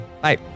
Bye